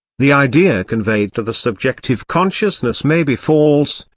the idea conveyed to the subjective consciousness may be false,